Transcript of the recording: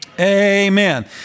Amen